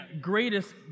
greatest